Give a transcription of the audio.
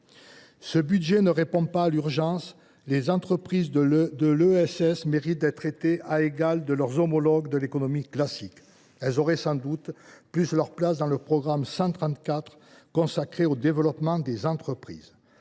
Ce budget ne répond pas à l’urgence. Les entreprises de l’ESS méritent d’être traitées à l’égal de leurs homologues de l’économie classique. Elles auraient sans doute plus leur place dans le programme 134 « Développement des entreprises